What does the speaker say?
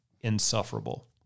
insufferable